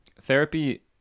therapy